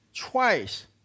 Twice